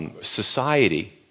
society